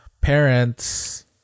Parents